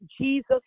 Jesus